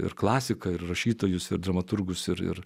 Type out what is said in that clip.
ir klasiką ir rašytojus ir dramaturgus ir ir